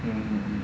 mmhmm